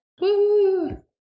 woo